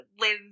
lives